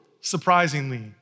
surprisingly